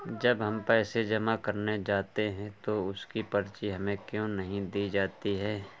जब हम पैसे जमा करने जाते हैं तो उसकी पर्ची हमें क्यो नहीं दी जाती है?